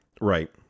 right